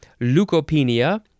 leukopenia